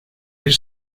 bir